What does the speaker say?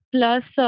Plus